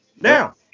Now